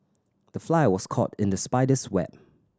the fly was caught in the spider's web